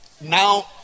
Now